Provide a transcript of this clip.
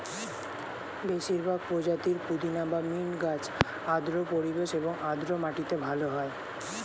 বেশিরভাগ প্রজাতির পুদিনা বা মিন্ট গাছ আর্দ্র পরিবেশ এবং আর্দ্র মাটিতে ভালো হয়